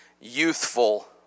youthful